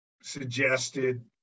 suggested